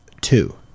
two